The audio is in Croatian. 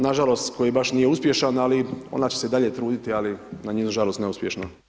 Na žalost, koji baš nije uspješan, ali ona će se i dalje truditi, ali na njenu žalost, neuspješno.